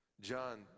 John